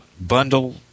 bundle